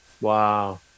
Wow